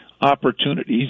opportunities